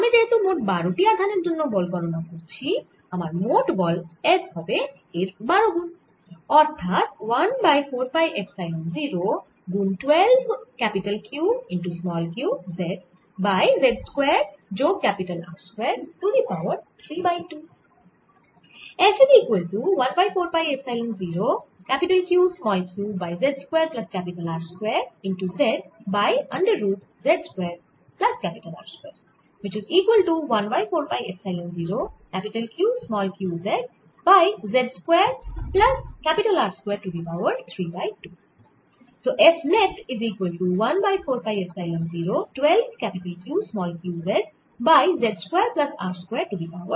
আমি যেহেতু মোট 12 টি আধানের জন্য বল গণনা করছি আমার মোট বল F হবে এর 12 গুন অর্থাৎ 1 বাই 4 পাই এপসাইলন 0 গুন 12Q q z by z square যোগ R square to the power 3 by 2